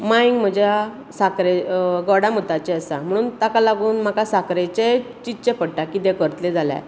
मांयक म्हज्या साखरे गोडामुताचें आसा म्हणून ताका लागून म्हाका साखरेचें चिंतचे पडटा कितें करतले जाल्यार